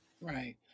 Right